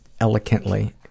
eloquently